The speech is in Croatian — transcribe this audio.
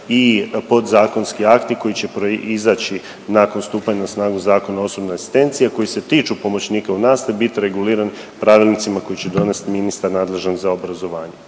i podzakonski akti koji će proizaći nakon stupanja na snagu Zakona o osobnoj asistenciji, a koji se tiču pomoćnika u nastavi biti regulirani pravilnicima koji će donesti ministar nadležan za obrazovanje.